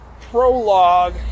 prologue